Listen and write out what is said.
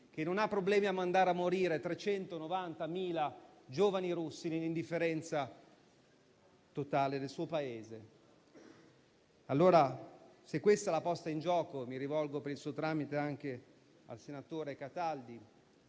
che non ha problemi a mandare a morire 390.000 giovani russi nell'indifferenza totale del suo Paese. Allora, se questa è la posta in gioco, mi rivolgo, Presidente, per il suo tramite, anche al senatore Cataldi,